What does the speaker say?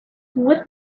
what